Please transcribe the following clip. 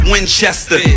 Winchester